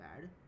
bad